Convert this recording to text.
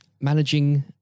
managing